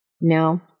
No